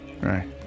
right